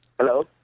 Hello